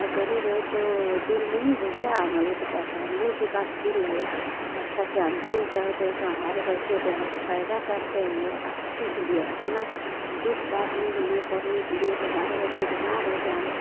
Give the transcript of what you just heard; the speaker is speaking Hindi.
गरीब है तो दिल नहीं है क्या हमारे लोग के पास हम लोग के पास दिल है अच्छा सा हम भी करते तो हमारे बच्चे हम पैदा करते हैं किस लिए अपना दुख बांटने के लिए करने के लिए हमारे बच्चे बीमार है तो हम